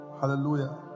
Hallelujah